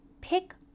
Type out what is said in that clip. pick